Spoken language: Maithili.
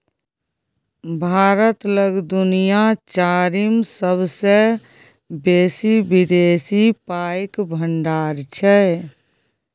भारत लग दुनिया चारिम सेबसे बेसी विदेशी पाइक भंडार छै